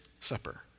supper